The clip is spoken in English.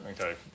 okay